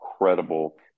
incredible